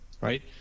right